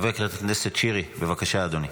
חבר הכנסת שירי, בבקשה, אדוני.